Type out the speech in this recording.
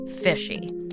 fishy